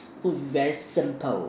foods very simple